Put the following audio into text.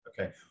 Okay